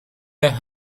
der